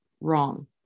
wrong